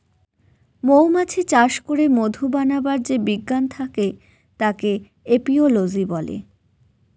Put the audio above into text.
মৌমাছি চাষ করে মধু বানাবার যে বিজ্ঞান থাকে তাকে এপিওলোজি বলে